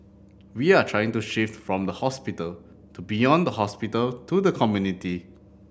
we are trying to shift from the hospital to beyond the hospital to the community